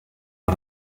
ari